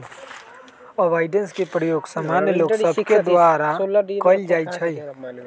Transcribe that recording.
avoidance के प्रयोग सामान्य लोग सभके द्वारा कयल जाइ छइ